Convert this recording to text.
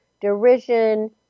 derision